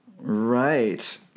Right